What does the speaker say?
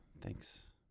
thanks